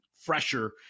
fresher